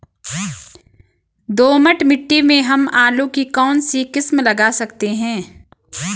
दोमट मिट्टी में हम आलू की कौन सी किस्म लगा सकते हैं?